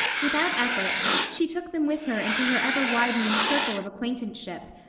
without effort, she took them with her into her ever widening circle of acquaintanceship,